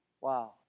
Wow